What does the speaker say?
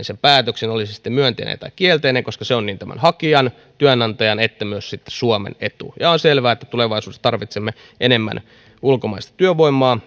sen päätöksen oli se sitten myönteinen tai kielteinen koska se on niin tämän hakijan kuin työnantajan ja myös suomen etu on selvää että tulevaisuudessa tarvitsemme enemmän ulkomaista työvoimaa